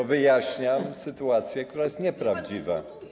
Bo wyjaśniam sytuację, która jest nieprawdziwa.